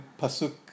Pasuk